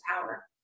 power